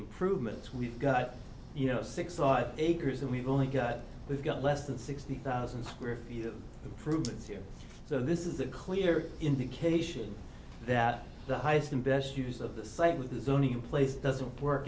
improvements we've got you know six thought acres and we've only got we've got less than sixty thousand square feet of fruits here so this is a clear indication that the highest and best use of the site with the zoning in place doesn't work